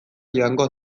joango